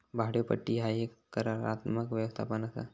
भाड्योपट्टी ह्या एक करारात्मक व्यवस्था असा